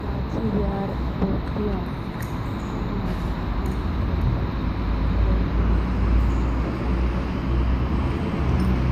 मची भी बहुत होन तुचे नाम तो मुके हांडना पोता पीआर